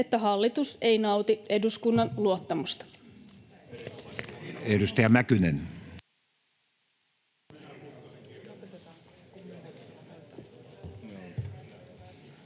että hallitus ei nauti eduskunnan luottamusta.